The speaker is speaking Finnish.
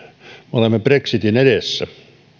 olemme brexitin edessä